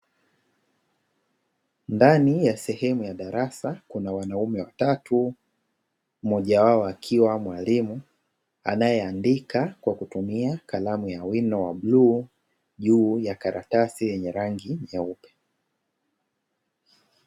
Ndani ya sehemu ya darasa kuna wanaume watatu, mmoja wao akiwa mwalimu anayeandika kwa kutumia kalamu ya wino wa bluu, juu ya karatasi yenye rangi nyeupe.